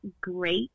great